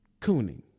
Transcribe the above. cooning